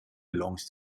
belongs